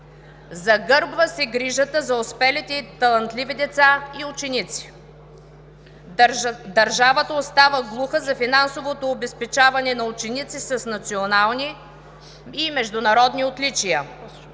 Загърбва се грижата за успелите и талантливи деца и ученици. Държавата остава глуха за финансовото обезпечаване на ученици с национални и международни отличия.